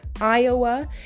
Iowa